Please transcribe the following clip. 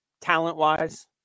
talent-wise